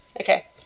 Okay